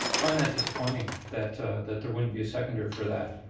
find that disappointing that that there wouldn't be a seconder for that.